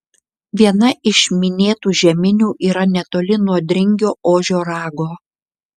viena iš minėtų žeminių yra netoli nuo dringio ožio rago